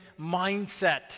mindset